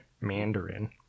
Mandarin